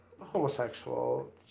homosexual